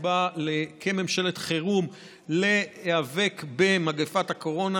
שנקבע כממשלת חירום להיאבק במגפת הקורונה,